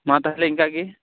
ᱢᱟ ᱛᱟᱦᱚᱞᱮ ᱮᱱᱠᱟᱜᱮ